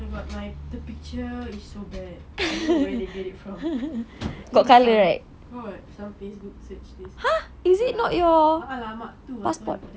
but my the picture is so bad I don't know where they get it from I think some facebook search list tak tahu lah